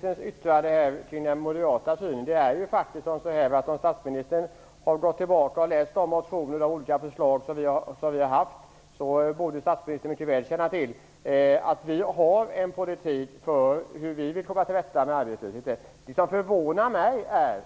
Fru talman! Jag vill fråga om statsministerns yttrande rörande den moderata synen. Om statsministern har gått tillbaka och läst de motioner och de olika förslag som vi har lagt fram, borde han mycket väl känna till att vi har en politik för hur vi vill komma till rätta med arbetslösheten. Det som förvånar mig,